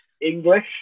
English